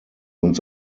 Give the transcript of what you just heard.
uns